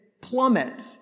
plummet